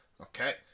Okay